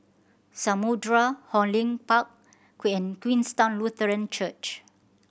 Samudera Hong Lim Park Queenstown Lutheran Church